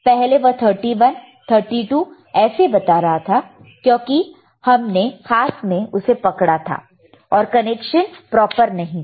पहले वह 31 32 ऐसे बता रहा था क्योंकि हमने हाथ में उसे पकड़ा था और कनेक्शन प्रॉपर नहीं था